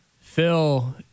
Phil